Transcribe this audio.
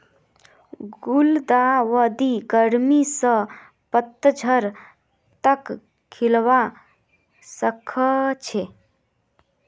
गुलदाउदी गर्मी स पतझड़ तक खिलवा सखछे